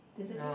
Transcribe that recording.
did it mean